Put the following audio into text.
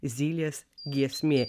zylės giesmė